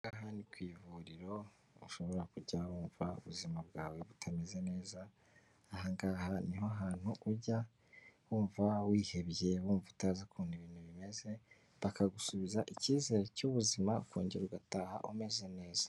Aha ngaha ni ku ivuriro ushobora kujya wumva ubuzima bwawe butameze neza, aha ngaha ni ho hantu ujya wumva wihebye wumva utazi ukuntu ibintu bimeze, bakagusubiza icyizere cy'ubuzima, ukongera ugataha umeze neza.